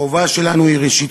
החובה שלנו היא, ראשית,